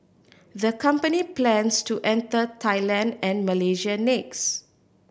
the company plans to enter Thailand and Malaysia next